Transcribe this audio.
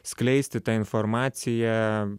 skleisti tą informaciją